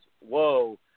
whoa